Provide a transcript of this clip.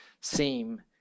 seem